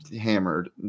hammered